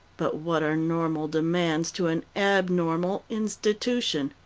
but what are normal demands to an abnormal institution?